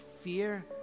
fear